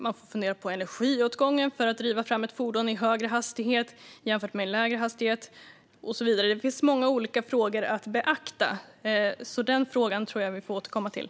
Man får fundera på energiåtgången för att driva fram ett fordon i högre hastighet jämfört med lägre hastighet och så vidare. Det finns många olika frågor att beakta, så den frågan tror jag att vi får återkomma till.